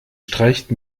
streicht